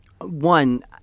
one